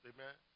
Amen